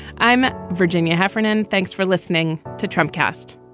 i'm virginia heffernan. thanks for listening to trump cast